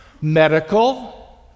medical